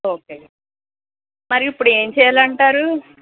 okay మరి ఇప్పుడు ఏం చెయ్యాలంటారు